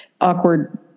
awkward